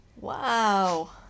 Wow